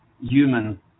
human